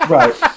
Right